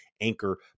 Anchor